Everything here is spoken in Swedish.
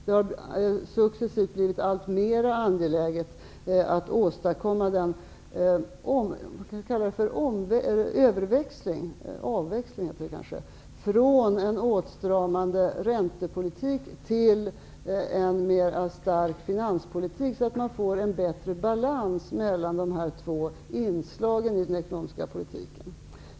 Det har successivt blivit allt mera angeläget att åstadkomma vad man kan kalla en avväxling från en åtstramande räntepolitik till en starkare finanspolitik, så att man får en bättre balans mellan dessa två inslag i den ekonomiska politiken.